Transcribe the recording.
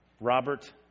Robert